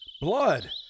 Blood